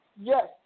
Yes